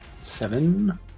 seven